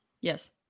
Yes